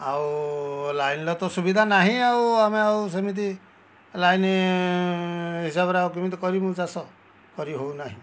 ଆଉ ଲାଇନ୍ର ତ ସୁବିଧା ନାହିଁ ଆଉ ଆମେ ଆଉ ସେମିତି ଲାଇନ୍ ହିସାବରେ ଆଉ କେମିତି କରିମୁ ଚାଷ କରି ହେଉନାହିଁ